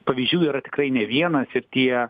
pavyzdžių yra tikrai ne vienas ir tie